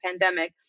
pandemic